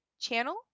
channel